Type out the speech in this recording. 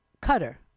Cutter